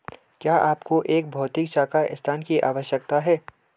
क्या आपको एक भौतिक शाखा स्थान की आवश्यकता है?